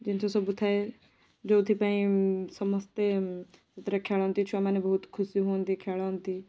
ଜିନିଷ ସବୁ ଥାଏ ଯେଉଁଥିପାଇଁ ସମସ୍ତେ ସେଥିରେ ଖେଳନ୍ତି ଛୁଆମାନେ ବହୁତ ଖୁସି ହୁଅନ୍ତି ଖେଳନ୍ତି